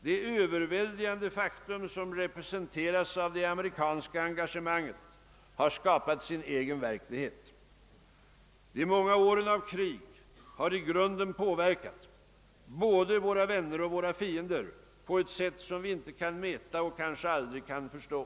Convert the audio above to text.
Det överväldigande faktum som representeras av det amerikanska engagemanget har skapat sin egen verklighet. De många åren av krig har i grunden påverkat både våra vänner och våra fiender, på ett sätt som vi inte kan mäta och kanske aldrig kan förstå.